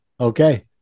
Okay